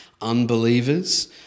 unbelievers